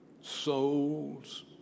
Souls